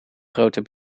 grote